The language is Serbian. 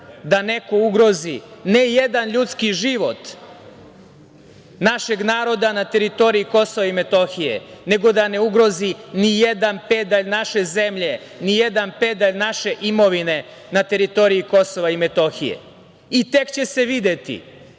da neko ugrozi ne jedan ljudski život našeg naroda na teritoriji Kosova i Metohije, nego da ne ugrozi ni jedan pedalj naše zemlje, ni jedan pedalj naše imovine na teritoriji Kosova i Metohije. Tek će se videti